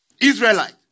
Israelite